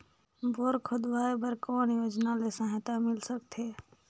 Bore खोदवाय बर कौन योजना ले सहायता मिल सकथे?